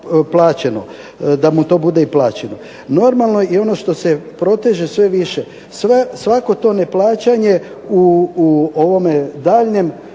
da mu bude i plaćeno. Normalno je i ono što se proteže sve više. Svako to neplaćanje u ovome daljnjem